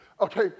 Okay